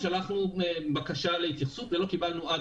שלחנו בקשה להתייחסות ולא קיבלנו עד